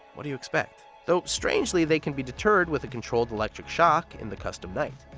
what do you expect? though, strangely, they can be deterred with a controlled electric shock in the custom night.